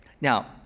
Now